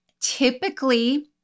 typically